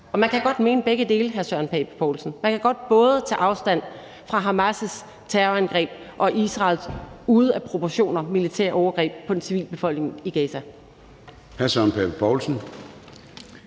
man kan godt mene begge dele, hr. Søren Pape Poulsen. Man kan godt både tage afstand fra Hamas' terrorangreb og Israels militære overgreb på den civile befolkning i Gaza,